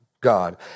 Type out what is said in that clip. God